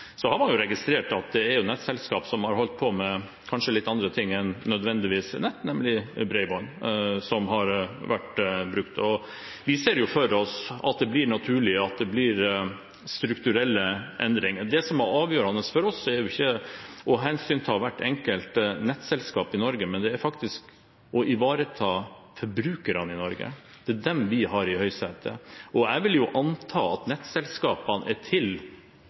så vidt jeg har registrert. Til spørsmålet om det har foregått ulovlig kryssubsidiering: Man har jo registrert at det er nettselskap som kanskje har holdt på med litt andre ting enn nødvendigvis nett, nemlig bredbånd, og vi ser for oss at det er naturlig at det blir strukturelle endringer. Det som er avgjørende for oss, er ikke å hensynta hvert enkelt nettselskap i Norge, men det er faktisk å ivareta forbrukerne i Norge. Det er dem vi har i høysetet, og jeg vil jo anta at nettselskapene er til